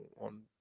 on